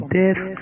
death